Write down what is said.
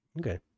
Okay